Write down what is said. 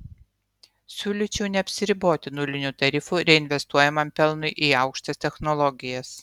siūlyčiau neapsiriboti nuliniu tarifu reinvestuojamam pelnui į aukštas technologijas